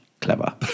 clever